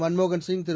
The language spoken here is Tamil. மன்மோகன்சிங் திரு